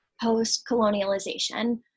post-colonialization